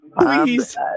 Please